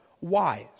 wise